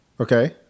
Okay